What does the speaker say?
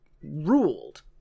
ruled